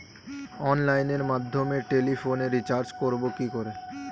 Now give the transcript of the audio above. অনলাইনের মাধ্যমে টেলিফোনে রিচার্জ করব কি করে?